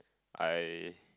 I